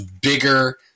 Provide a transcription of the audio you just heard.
bigger